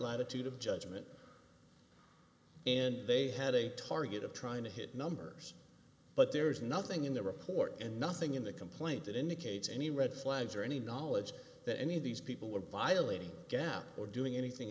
latitude of judgment and they had a target of trying to hit numbers but there is nothing in the report and nothing in the complaint that indicates any red flags or any knowledge that any of these people were violating gap or doing anything